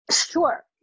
Sure